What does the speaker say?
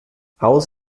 aus